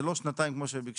זה לא שנתיים כמו שביקשו,